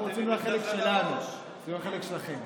אנחנו רצינו לחלק שלנו עם החלק שלכם.